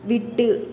விட்டு